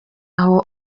aho